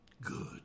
Good